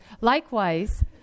Likewise